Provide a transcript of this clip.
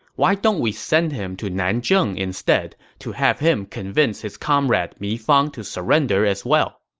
why don't we send him to nanjun instead to have him convince his comrade mi fang to surrender as well?